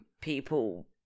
people